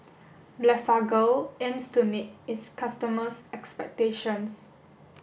Blephagel aims to meet its customers' expectations